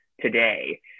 today